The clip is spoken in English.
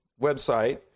website